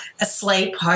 asleep